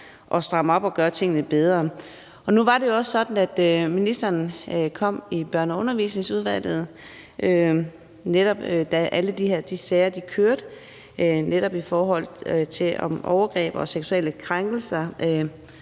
at stramme op og gøre tingene bedre. Nu var det jo også sådan, at ministeren var hos Børne- og Undervisningsudvalget, netop da alle de her sager om overgreb og seksuelle krænkelser